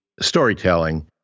storytelling